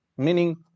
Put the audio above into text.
Meaning